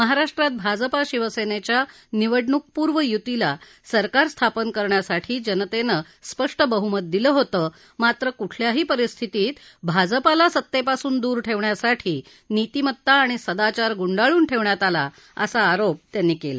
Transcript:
महाराष्ट्रात भाजपा शिवसेनेच्या निवडणूकपूर्व युतीला सरकार स्थापन करण्यासाठी जनतेनं स्पष्ट बहुमत दिलं होतं मात्र कुठल्याही परिस्थितीत भाजपाला सत्तेपासून दूर ठेवण्यासाठी नीतिमत्ता आणि सदाचार गुंडाळून ठेवण्यात आला असा आरोप त्यांनी केला